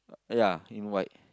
yeah in white